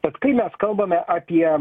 bet kai mes kalbame apie